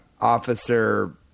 Officer